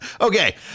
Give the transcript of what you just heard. Okay